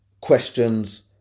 questions